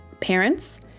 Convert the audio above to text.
Parents